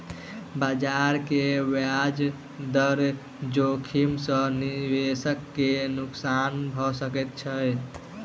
बजार के ब्याज दर जोखिम सॅ निवेशक के नुक्सान भ सकैत छै